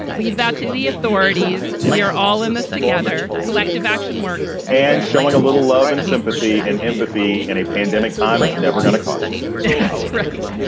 leave that to the authorities. you're all in this together collective action works and showing a little love and sympathy and empathy in a pandemic, time is never gonna cost you that's great.